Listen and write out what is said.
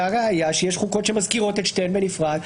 הראיה שיש חוקות שמזכירות את שתיהן בנפרד.